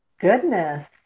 goodness